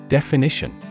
Definition